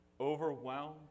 overwhelmed